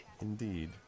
Indeed